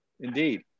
Indeed